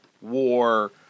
war